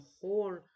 whole